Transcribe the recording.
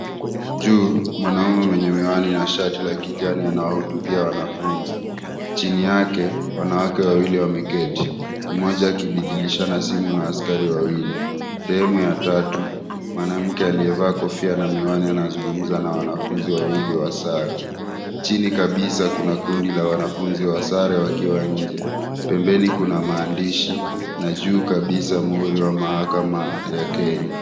Juu mwanaume mwenye miwani na shati la kijani anawahutubia wanafunzi. Chini yake wanawake wawili wameketi, mmoja akibadilishana simu na askari wawili. sehemu ya tatu mwanamke aliyevaa kofia na miwani anazungumza na wanafunzi wawili wa sare. Chini kabisa kuna kundi la wanafunzi wa sare wakiwa nje. Pembeni kuna maandishi na juu kabisa muhuri wa Mahakama ya Kenya.